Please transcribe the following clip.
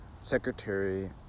Secretary